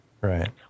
right